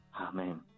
Amen